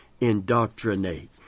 Indoctrinate